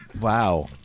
Wow